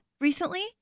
recently